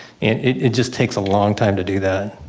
it just takes a long time to do that.